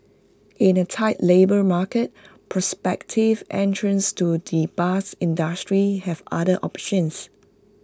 in A tight labour market prospective entrants to the bus industry have other options